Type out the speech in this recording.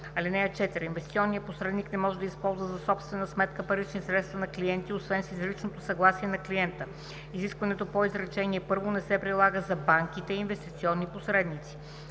(4) Инвестиционният посредник не може да използва за собствена сметка парични средства на клиенти освен с изричното съгласие на клиента. Изискването по изречение първо не се прилага за банките – инвестиционни посредници.